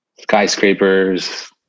skyscrapers